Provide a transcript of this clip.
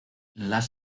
las